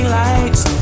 lights